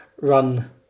run